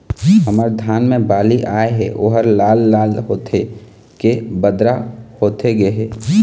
हमर धान मे बाली आए हे ओहर लाल लाल होथे के बदरा होथे गे हे?